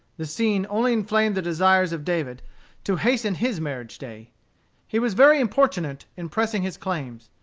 the scene only inflamed the desires of david to hasten his marriage-day. he was very importunate in pressing his claims.